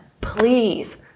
Please